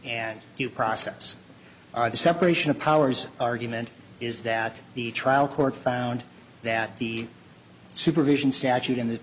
and due process are the separation of powers argument is that the trial court found that the supervision statute in the